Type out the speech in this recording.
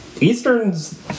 Eastern's